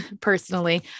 personally